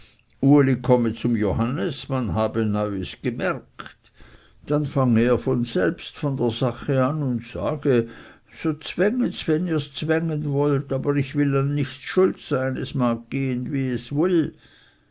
uli komme zum johannes man habe neuis gemerkt dann fange er von selbst von der sache an und sage so zwängets wenn ihrs zwängen wollt aber ich will an nichts schuld sein es mag gehen wie es will